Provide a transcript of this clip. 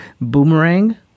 Boomerang